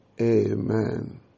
Amen